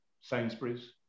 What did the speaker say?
Sainsbury's